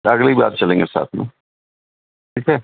اگلی بار چلیں گے ساتھ میں ٹھیک ہے